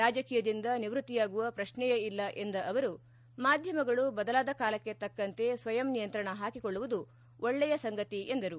ರಾಜಕೀಯದಿಂದ ನಿವೃತ್ತಿಯಾಗುವ ಪ್ರಶ್ನೆಯೇ ಇಲ್ಲ ಎಂದ ಅವರು ಮಾಧ್ಯಮಗಳು ಬದಲಾದ ಕಾಲಕ್ಕೆ ತಕ್ಕಂತೆ ಸ್ವಯಂ ನಿಯಂತ್ರಣ ಹಾಕಿಕೊಳ್ಳುವುದು ಒಳ್ಳೆಯ ಸಂಗತಿ ಎಂದರು